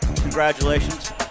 congratulations